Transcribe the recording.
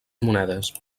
monedes